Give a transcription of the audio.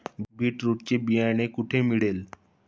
Beetroot चे बियाणे कोठे मिळेल?